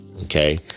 Okay